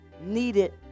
needed